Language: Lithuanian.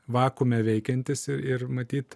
vakuume veikiantis ir matyt